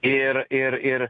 ir ir ir